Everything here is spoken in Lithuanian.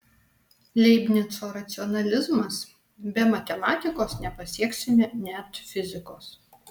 leibnico racionalizmas be matematikos nepasieksime net fizikos